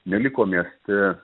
neliko mieste